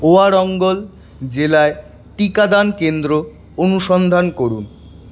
ওয়ারঙ্গল জেলায় টিকাদান কেন্দ্র অনুসন্ধান করুন